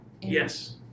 Yes